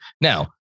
Now